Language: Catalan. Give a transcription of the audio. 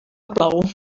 plou